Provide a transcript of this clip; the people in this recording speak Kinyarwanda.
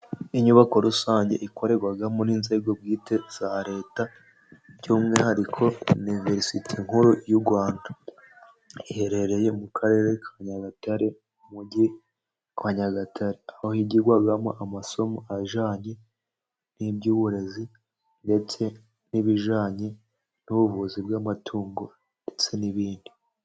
Inyubako rusange ikorerwamo n'inzego bwite za leta, by'umwihariko ni verisite nkuru y'u Rwanda iherereye mu Karere ka Nyagatare, umujyi wa Nyagatare aho higirwamo amasomo ajyanye n'iby'uburezi ndetse n'ibijyanye n'ubuvuzi bw'amatungo ndetse n'ibindi.